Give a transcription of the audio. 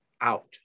out